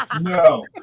no